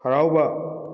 ꯍꯔꯥꯎꯕ